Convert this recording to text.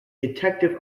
detective